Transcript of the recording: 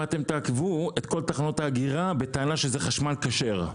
אתם תעכבו את כל תחנות האגירה בטענה שזה חשמל כשר.